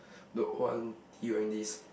the old auntie wearing this